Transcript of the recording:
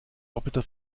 doppelter